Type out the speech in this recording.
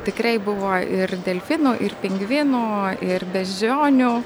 tikrai buvo ir delfinų ir pingvinų ir beždžionių